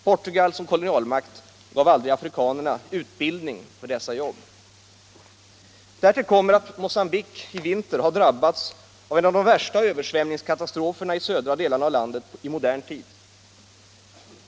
Portugal som kolonialmakt gav aldrig afrikanerna utbildning för dessa jobb. Därtill kommer att Mogambique i vinter drabbats av en av de värsta översvämningskatastroferna i modern tid i de södra delarna av landet.